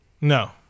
No